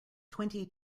twenty